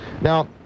Now